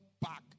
back